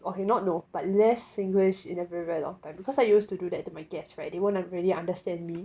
okay not no but less singlish in a very very long time because I used to do that to my guest [right] they won't really understand me